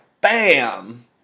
BAM